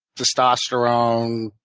testosterone,